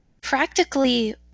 practically